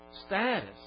status